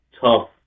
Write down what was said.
tough